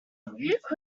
could